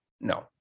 No